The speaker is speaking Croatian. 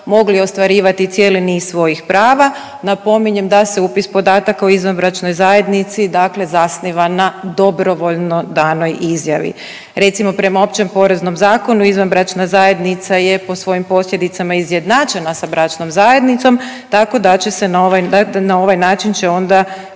mogli ostvarivati cijeli niz svojih prava. Napominjem da se upis podatak o izvanbračnoj zajednici dakle zasniva na dobrovoljno danoj izjavi. Recimo prema Općem poreznom zakonu, izvanbračna zajednica je po svojim posljedicama izjednačena s bračnom zajednicom tako da će se na ovaj, na ovaj način će onda